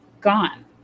gone